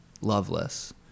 loveless